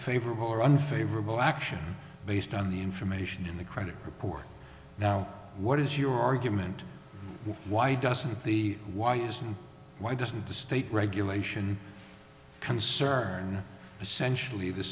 favorable or unfavorable action based on the information in the credit report now what is your argument why doesn't the why isn't why doesn't the state regulation concern essentially the